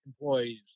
employees